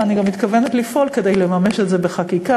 ואני גם מתכוונת לפעול כדי לממש את זה בחקיקה,